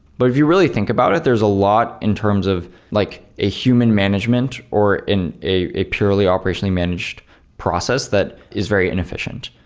but if you really think about it, there's a lot in terms of like a human management, or in a a purely operationally managed process that is very inefficient.